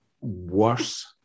worse